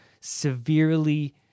severely